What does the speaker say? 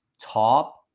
top